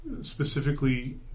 specifically